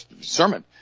sermon